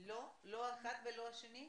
אחר כך נצרף גם את התחושות של הדיירים,